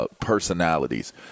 personalities